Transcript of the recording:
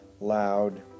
loud